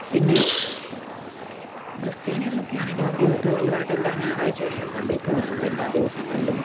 പിന്നെ ക്രിസ്ത്യാനികളിൽ ഒക്കെ ആണേലും അവര് റെഗുലറായിട്ട് എല്ലാ ഞായറാഴ്ചകളിലും പള്ളിയില് പോന്നു എല്ലാ ദിവസങ്ങളിലും